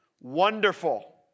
Wonderful